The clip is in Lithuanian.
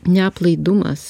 ne aplaidumas